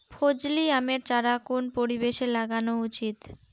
ফজলি আমের চারা কোন পরিবেশে লাগানো উচিৎ?